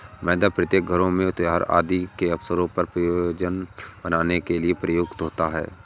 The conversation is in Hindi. मैदा प्रत्येक घरों में त्योहार आदि के अवसर पर व्यंजन बनाने के लिए प्रयुक्त होता है